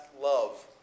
love